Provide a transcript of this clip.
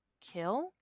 Kill